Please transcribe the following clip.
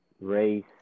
race